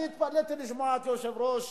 אני התפלאתי לשמוע את יושב-ראש